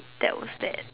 that was that